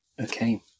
okay